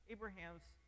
Abraham's